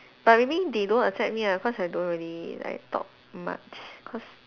but maybe they don't accept me ah because I don't really like talk much cause